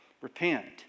Repent